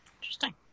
Interesting